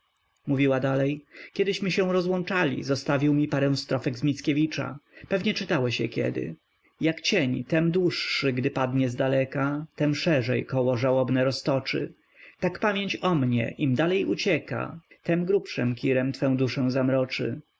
mówiła dalej kiedyśmy się rozłączali zostawił mi parę strofek z mickiewicza pewnie czytałeś je kiedy jak cień tem dłuższy gdy padnie zdaleka tem szerzej koło żałobne roztoczy tak pamięć o mnie im dalej ucieka tem grubszym kirem twą duszę zamroczy